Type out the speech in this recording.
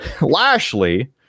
Lashley